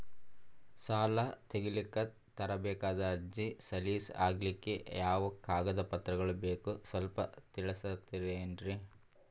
ಸಾಲ ತೆಗಿಲಿಕ್ಕ ತರಬೇಕಾದ ಅರ್ಜಿ ಸಲೀಸ್ ಆಗ್ಲಿಕ್ಕಿ ಯಾವ ಕಾಗದ ಪತ್ರಗಳು ಬೇಕು ಸ್ವಲ್ಪ ತಿಳಿಸತಿರೆನ್ರಿ?